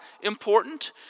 important